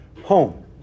home